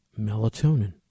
melatonin